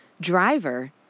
driver